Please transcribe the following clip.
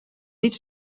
niet